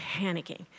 panicking